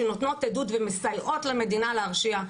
שנותנות עדות ומסייעות למדינה להרשיע,